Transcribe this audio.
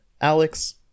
Alex